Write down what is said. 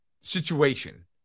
situation